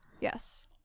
yes